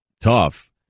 tough